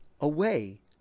away